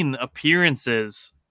appearances